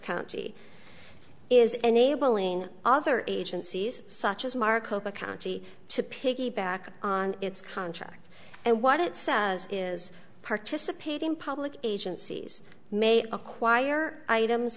county is enabling other agencies such as marco county to piggyback on its contract and what it says is participating public agencies may acquire items